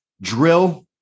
drill